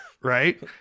Right